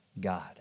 God